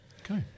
Okay